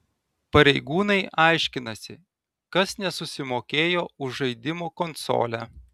pareigūnai aiškinasi kas nesusimokėjo už žaidimų konsolę